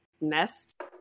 nest